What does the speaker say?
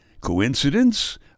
Coincidence